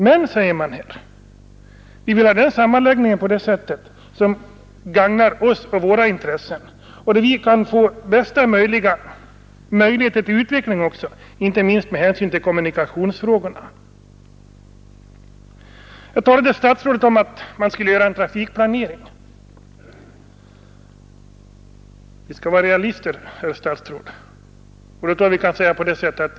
Men, säger man, vi vill ha sammanläggningen på det sätt som gagnar oss och våra intressen och som ger oss de bästa utvecklingsmöjligheterna inte minst med hänsyn till kommunikationsfrågorna. Här talade statsrådet om att man skulle göra en trafikplanering. Vi skall vara realister, herr statsråd.